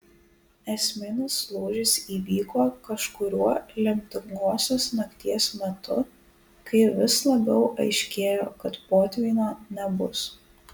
esminis lūžis įvyko kažkuriuo lemtingosios nakties metu kai vis labiau aiškėjo kad potvynio nebus